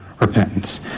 repentance